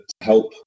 help